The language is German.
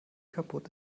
kaputt